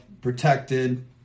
Protected